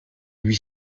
lui